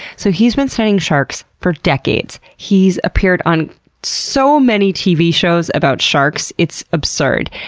so he's been studying sharks for decades. he's appeared on so many tv shows about sharks, it's absurd.